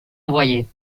envoyés